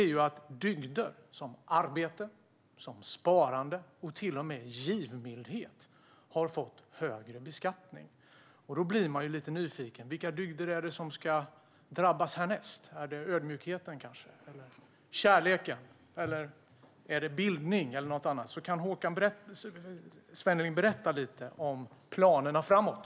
Det är att dygder som arbete, sparande och till och med givmildhet har fått högre beskattning. Man blir ju lite nyfiken på vilka dygder det är som ska drabbas härnäst. Är det kanske ödmjukheten, eller är det kärleken? Är det bildning, eller är det något annat? Kan Håkan Svenneling alltså berätta lite om planerna framåt?